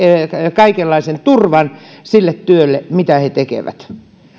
kaikenlaisen turvan siitä työstä mitä he tekevät